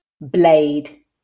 Blade